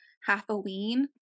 Halloween